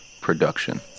Production